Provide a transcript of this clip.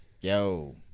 Yo